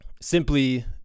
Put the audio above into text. simply